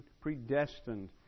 predestined